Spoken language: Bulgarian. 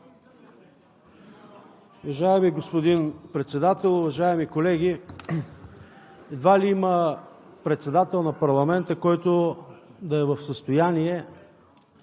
Уважаеми господин Председател, уважаеми колеги! Едва ли има председател на парламента, който да е в състояние